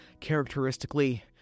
characteristically